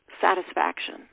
satisfaction